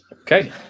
Okay